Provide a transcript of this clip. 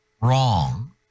wrong